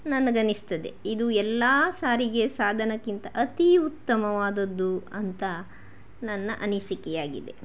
ನನಗನ್ನಿಸ್ತದೆ ಇದು ಎಲ್ಲ ಸಾರಿಗೆ ಸಾಧನಕ್ಕಿಂತ ಅತೀ ಉತ್ತಮವಾದದ್ದು ಅಂತ ನನ್ನ ಅನಿಸಿಕೆಯಾಗಿದೆ